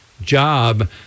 job